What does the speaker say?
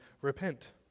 repent